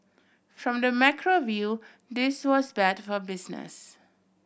from the macro view this was bad for business